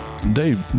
Dave